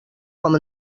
com